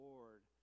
Lord